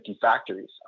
factories